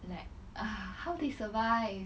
like how they survive